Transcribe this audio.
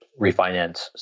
refinance